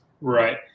Right